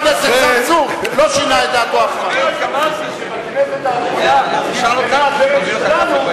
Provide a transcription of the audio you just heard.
אני רק אמרתי שבכנסת האחרונה נזכרה הדרך שלנו,